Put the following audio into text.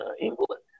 England